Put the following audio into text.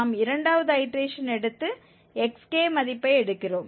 நாம் இரண்டாவது ஐடேரேஷன் எடுத்து xk மதிப்பை எடுக்கிறோம்